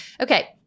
okay